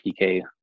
PK